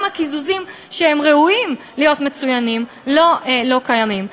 הקיזוזים שהם ראויים להיות מצוינים לא קיימים.